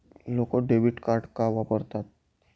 लोक debit card का वापरतात?